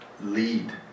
lead